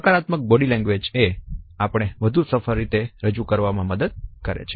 સકારાત્મક body language એ આપણને પોતાને વધુ સફળ રીતે રજૂ કરવામાં મદદ કરે છે